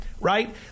right